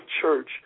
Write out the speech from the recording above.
church